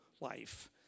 life